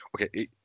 okay